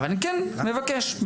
ואנחנו מבקשים ודורשים מכם: